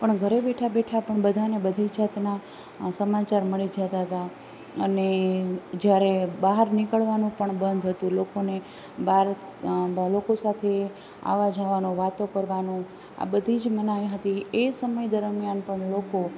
પણ ઘરે બેઠાં બેઠાં પણ બધાંને બધી જાતના સમાચાર મળી જતા હતાં અને જ્યારે બહાર નીકળવાનું પણ બંધ હતું લોકોને બહાર સાથે આવવા જવાનું વાતો કરવાની આ બધી જ મનાઈ હતી એ સમય દરમિયાન પણ લોકો